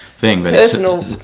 Personal